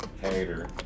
hater